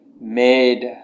made